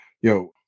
Yo